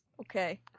Okay